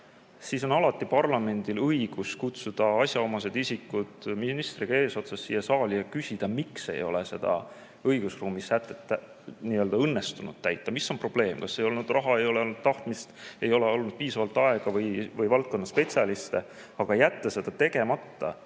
siis on alati parlamendil õigus kutsuda asjaomased isikud ministriga eesotsas siia saali ja küsida, miks ei ole seda õigusruumi sätet õnnestunud täita. Mis on probleem? Kas ei ole olnud raha, ei ole olnud tahtmist, ei ole olnud piisavalt aega või valdkonna spetsialiste? Aga jätta see tegemata